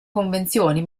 convenzioni